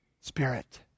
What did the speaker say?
Spirit